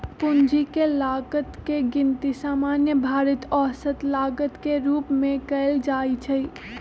पूंजी के लागत के गिनती सामान्य भारित औसत लागत के रूप में कयल जाइ छइ